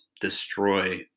destroy